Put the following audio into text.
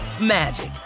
magic